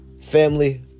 family